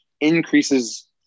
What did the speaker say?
increases